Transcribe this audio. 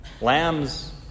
lambs